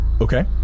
Okay